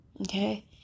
okay